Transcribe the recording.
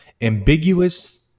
ambiguous